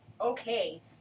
Okay